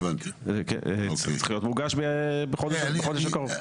זה צריך להיות מוגש בחודש הקרוב.